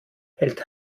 hält